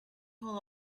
hold